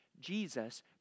Jesus